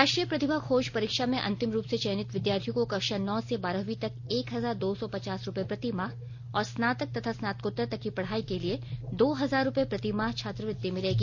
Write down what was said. राष्ट्रीय प्रतिभा खोज परीक्षा में अंतिम रूप से चयनित विद्यार्थियों को कक्षा नौ से बारहवीं तक एक हजार दो सौ पचास रूपये प्रतिमाह और स्नातक तथा स्नातकोत्तर तक की पढ़ाई के लिए दो हजार रूपये प्रतिमाह छात्रवृत्ति मिलेगी